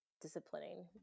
disciplining